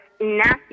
nasty